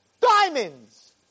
Diamonds